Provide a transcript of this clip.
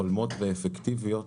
הולמות ואפקטיביות,